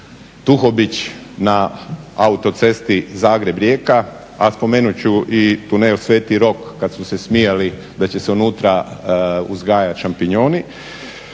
Tuhobić na autocesti Zagreb-Rijeka, a spomenut ću i tunel sv. Rok kad su smijali da će se unutra uzgajat šampinjoni.